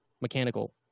mechanical